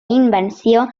invenció